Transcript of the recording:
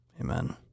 Amen